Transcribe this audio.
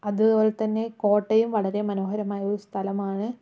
അതുപോലെ തന്നെ കോട്ടയും വളരെ മനോഹരമായ ഒരു സ്ഥലമാണ്